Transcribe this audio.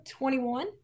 21